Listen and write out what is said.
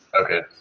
Okay